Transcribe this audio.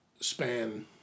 span